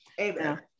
amen